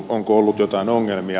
onko ollut jotain ongelmia